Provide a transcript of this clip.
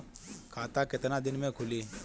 खाता कितना दिन में खुलि?